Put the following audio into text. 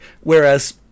whereas